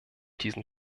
diesen